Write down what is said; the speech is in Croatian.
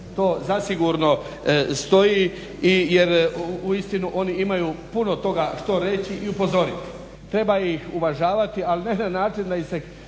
To zasigurno stoji i uistinu oni imaju puno toga što reći i upozoriti. Treba ih uvažavati ali ne na način da ih se